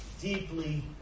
deeply